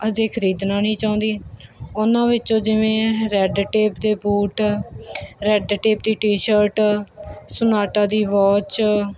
ਅਜੇ ਖਰੀਦਣਾ ਨਹੀਂ ਚਾਹੁੰਦੀ ਉਹਨਾਂ ਵਿੱਚੋਂ ਜਿਵੇਂ ਰੈਡ ਟੇਪ ਦੇ ਬੂਟ ਰੈਡ ਟੇਪ ਦੀ ਟੀ ਸ਼ਰਟ ਸਨਾਟਾ ਦੀ ਵਾਚ